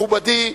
מכובדי,